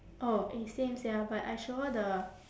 oh eh same sia but I show her the